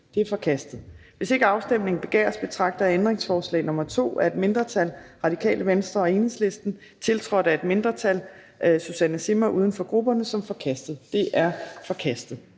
Det er forkastet. Hvis ikke afstemning begæres, betragter jeg ændringsforslag nr. 2 af et mindretal (RV og EL), tiltrådt af et mindretal (Susanne Zimmer (UFG)), som forkastet. Det er forkastet.